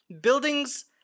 buildings